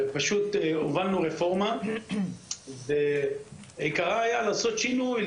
פשוט הובלנו רפורמה ועיקרה היה לעשות שינוי,